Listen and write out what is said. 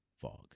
fog